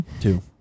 Two